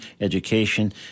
education